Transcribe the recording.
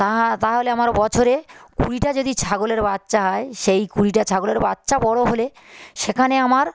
তাহা তাহলে আমার বছরে কুড়িটা যদি ছাগলের বাচ্চা হয় সেই কুড়িটা ছাগলের বাচ্চা বড়ো হলে সেখানে আমার